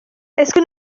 que